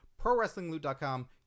prowrestlingloot.com